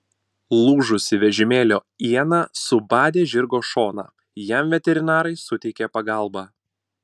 lūžusi vežimėlio iena subadė žirgo šoną jam veterinarai suteikė pagalbą